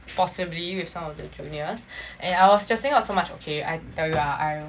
possibly with some of the juniors and I was stressing out so much okay I tell you ah I